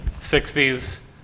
60s